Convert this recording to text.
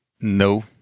no